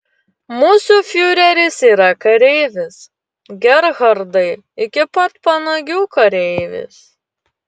mūsų fiureris yra kareivis gerhardai iki pat panagių kareivis